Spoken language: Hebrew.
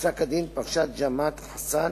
בפסק-הדין בפרשת ג'מעית אסכאן